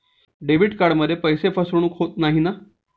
Debit कार्डमध्ये पैसे फसवणूक होत नाही ना?